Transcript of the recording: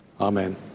Amen